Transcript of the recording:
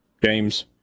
Games